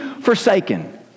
forsaken